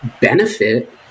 benefit